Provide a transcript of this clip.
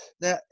Now